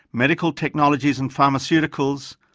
medical technologies and pharmaceuticals,